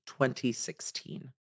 2016